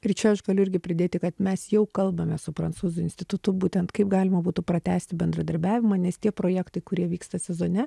ir čia aš galiu irgi pridėti kad mes jau kalbame su prancūzų institutu būtent kaip galima būtų pratęsti bendradarbiavimą nes tie projektai kurie vyksta sezone